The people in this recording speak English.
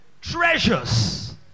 Treasures